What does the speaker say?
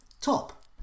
top